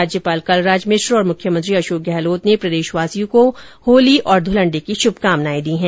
राज्यपाल कलराज मिश्र और मुख्यमंत्री अशोक गहलोत ने प्रदेश वासियों को होली और ध्रलण्डी की शुभकामनायें दी हैं